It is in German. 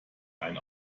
ein